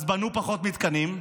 אז בנו פחות מתקנים,